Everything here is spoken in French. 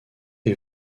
est